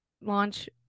Launch